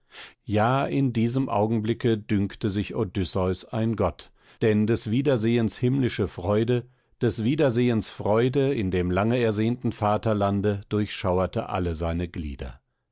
ja in diesem augenblicke dünkte sich odysseus ein gott denn des wiedersehens himmlische freude des wiedersehens freude in dem lange ersehnten vaterlands durchschauerte alle seine glieder